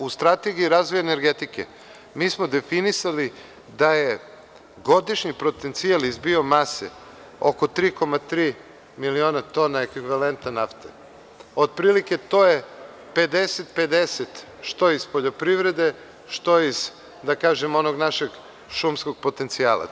U Strategiji razvoja energetike, mi smo definisali da je godišnji potencijal iz biomase oko 3,3 miliona tona ekvivalenta nafte, otprilike je to 50:50, što iz poljoprivrede, što iz onog našeg šumskog potencijala.